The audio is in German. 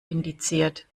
indiziert